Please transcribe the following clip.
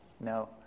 No